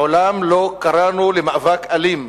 מעולם לא קראנו למאבק אלים.